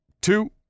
two